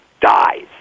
dies